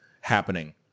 happening